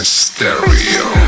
stereo